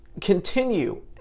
continue